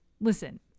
listen